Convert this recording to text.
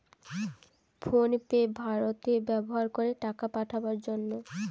phone pay ভারতে ব্যাভার করে টাকা পাঠাবার জন্যে